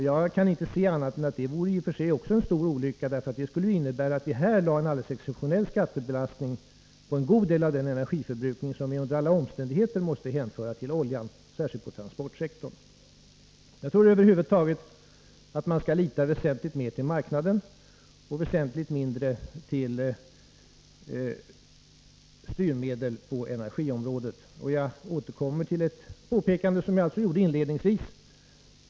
Jag kan inte säga annat än att det i och för sig också vore en stor olycka, för det skulle innebära att vi fick en alldeles exceptionell skattebelastning på en god del av den energiförbrukning som under alla omständigheter måste hänföras till oljan, särskilt till transportsektorn. Jag tycker att man över huvud taget skall lita väsentligt mer på marknaden och väsentligt mindre på styrmedel på energiområdet. Jag återkommer till ett påpekande som jag gjorde inledningsvis.